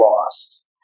lost